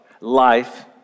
life